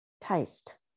taste